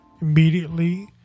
Immediately